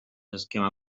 esquema